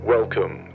Welcome